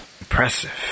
Impressive